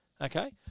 Okay